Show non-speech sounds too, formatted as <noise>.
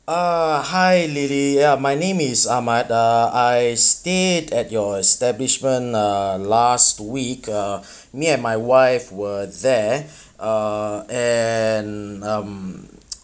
uh hi lily ya my name is Ahmad uh I stayed at your establishment uh last week uh me and my wife were there uh and um <noise>